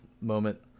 moment